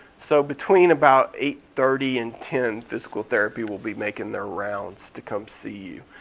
so between about eight thirty and ten, physical therapy will be making their rounds to come see